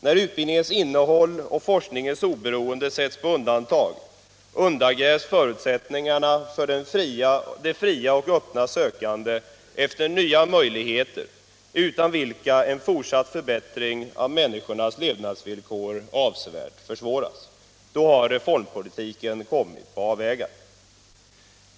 När utbildningens innehåll och forskningens oberoende sätts på undantag undergrävs förutsättningarna för det fria och öppna sökandet efter de nya möjligheter utan vilka en fortsatt förbättring av människors levnadsvillkor avsevärt försvåras. Då har reformpolitiken kommit på avvägar.